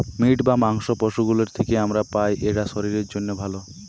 meet বা মাংস পশু গুলোর থিকে আমরা পাই আর এটা শরীরের জন্যে ভালো